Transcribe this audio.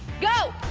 go!